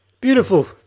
Beautiful